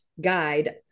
guide